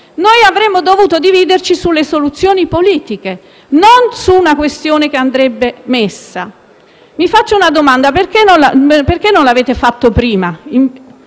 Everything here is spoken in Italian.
Avremmo dovuto dividerci sulle soluzioni politiche e non su una questione che andrebbe inserita. Vi faccio una domanda: perché non l'avete fatto prima?